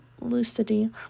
lucidity